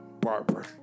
Barber